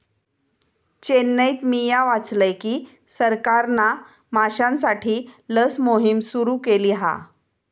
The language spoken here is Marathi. चेन्नईत मिया वाचलय की सरकारना माश्यांसाठी लस मोहिम सुरू केली हा